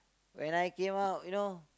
when I came out you know